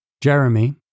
Jeremy